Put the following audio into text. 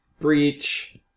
Breach